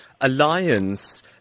alliance